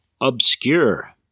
obscure